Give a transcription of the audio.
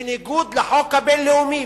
בניגוד לחוק הבין-לאומי,